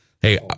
hey